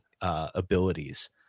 abilities